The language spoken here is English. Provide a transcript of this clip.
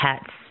pets